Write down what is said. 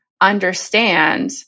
understand